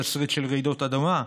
לתסריט של רעידות אדמה,